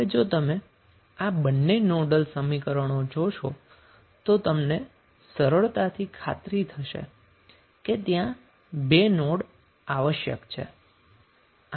હવે જો તમે આ બંને નોડલ સમીકરણો જોશો તો તમને સરળતાથી ખાતરી થશે કે ત્યાં બે નોડ આવશ્યક છે